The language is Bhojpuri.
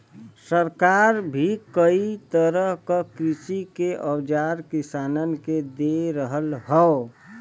सरकार भी कई तरह क कृषि के औजार किसानन के दे रहल हौ